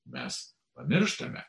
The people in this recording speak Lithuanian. mes pamirštame